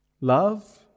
Love